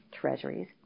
Treasuries